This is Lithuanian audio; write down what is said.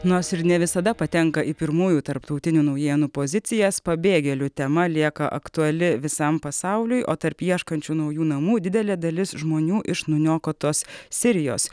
nors ir ne visada patenka į pirmųjų tarptautinių naujienų pozicijas pabėgėlių tema lieka aktuali visam pasauliui o tarp ieškančių naujų namų didelė dalis žmonių iš nuniokotos sirijos